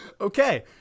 Okay